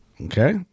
Okay